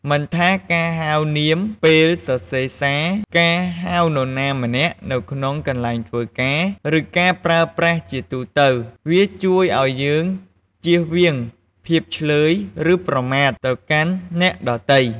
មិនថាការហៅនាមពេលសរសេរសារ ការហៅនរណាម្នាក់នៅក្នុងកន្លែងធ្វើការ ឬការប្រើប្រាស់ជាទូទៅ វាជួយឲ្យយើងជៀសវាងភាពឈ្លើយឬប្រមាថទៅកាន់អ្នកដទៃ។